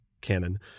canon